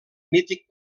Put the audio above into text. mític